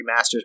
remasters